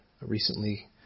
recently